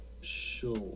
sure